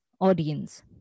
audience